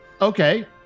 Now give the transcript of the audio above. Okay